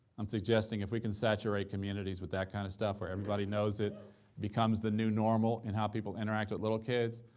i'm suggesting if we can saturate communities with that kind of stuff, where everybody knows it, it becomes the new normal in how people interact with little kids,